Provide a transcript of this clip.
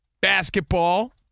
Basketball